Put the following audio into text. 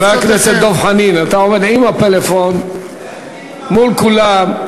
חבר הכנסת דב חנין, אתה עומד עם הפלאפון מול כולם.